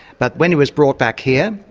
but when he was brought back here,